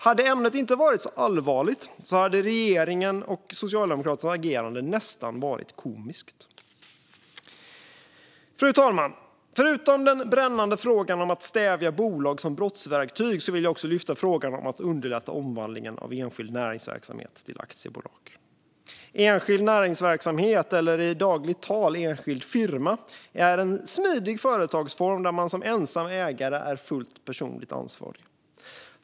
Hade ämnet inte varit så allvarligt hade regeringens och Socialdemokraternas agerande nästan varit komiskt. Fru talman! Förutom den brännande frågan om att stävja bolag som brottsverktyg vill jag också lyfta frågan om att underlätta omvandlingen av enskild näringsverksamhet till aktiebolag. Enskild näringsverksamhet, i dagligt tal enskild firma, är en smidig företagsform där man som ensam ägare är fullt personligt ansvarig.